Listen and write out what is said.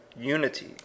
unity